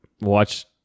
watch